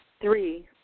Three